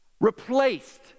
replaced